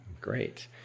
Great